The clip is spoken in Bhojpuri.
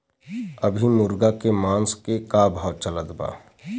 अभी मुर्गा के मांस के का भाव चलत बा?